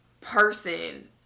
person